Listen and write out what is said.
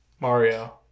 Mario